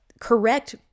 correct